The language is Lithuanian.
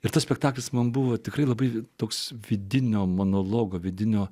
ir tas spektaklis man buvo tikrai labai toks vidinio monologo vidinio